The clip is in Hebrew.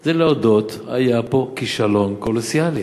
זה להודות: היה פה כישלון קולוסלי.